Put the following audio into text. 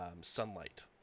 Sunlight